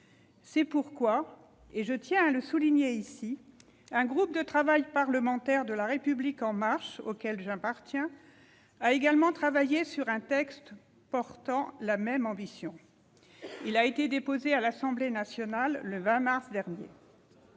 C'est pourquoi, et je tiens à le souligner ici, un groupe de travail parlementaire de La République En Marche, auquel j'appartiens, a également travaillé sur un texte portant la même ambition. Il a été déposé à l'Assemblée nationale le 20 mars dernier.